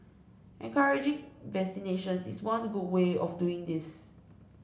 encouraging vaccinations is one good way of doing this